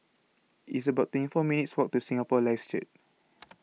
It's about twenty four minutes' Walk to Singapore Lives Church